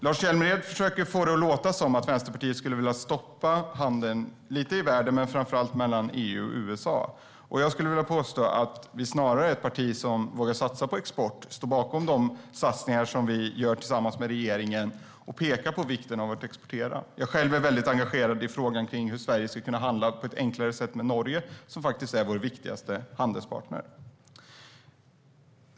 Lars Hjälmered försöker få det att låta som att Vänsterpartiet skulle vilja stoppa handeln lite i världen och framför allt mellan EU och USA. Jag skulle vilja påstå att vi snarare är ett parti som vågar satsa på export och står bakom de satsningar som vi gör tillsammans med regeringen. Vi pekar på vikten av att exportera. Jag är själv engagerad i frågan hur Sverige ska kunna handla på ett enklare sätt med Norge, som faktiskt är vår viktigaste handelspartner.